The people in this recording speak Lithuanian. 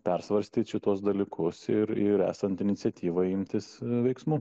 persvarstyt šituos dalykus ir ir esant iniciatyvai imtis veiksmų